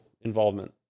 involvement